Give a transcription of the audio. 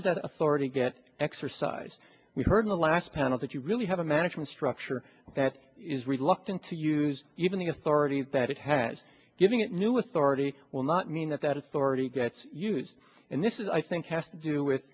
does that authority get exercise we've heard in the last panel that you really have a management structure that is locked into use even the authority that it has giving it new authority will not mean that that authority gets used and this is i think has to do with